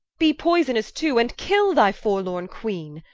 be poysonous too, and kill thy forlorne queene.